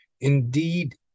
Indeed